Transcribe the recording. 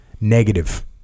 Negative